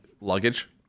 luggage